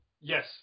Yes